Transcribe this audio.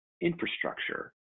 infrastructure